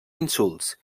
insults